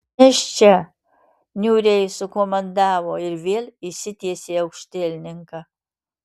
nešk čia niūriai sukomandavo ir vėl išsitiesė aukštielninka